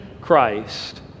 Christ